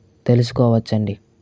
తెలుసుకోవచ్చండీ